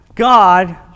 God